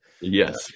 yes